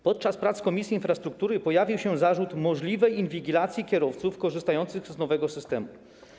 Podczas prac Komisji Infrastruktury pojawił się zarzut dotyczący możliwej inwigilacji kierowców korzystających z nowego systemu.